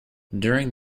during